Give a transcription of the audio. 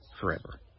forever